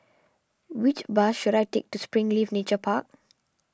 which bus should I take to Springleaf Nature Park